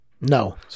No